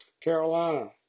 Carolina